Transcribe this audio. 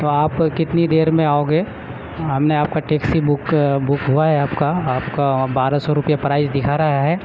تو آپ کتنی دیر میں آؤ گے ہم نے آپ کا ٹیکسی بک بک ہوا ہے آپ کا آپ کا بارہ سو روپیہ پرائس دکھا رہا ہے